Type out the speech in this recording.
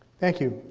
thank you.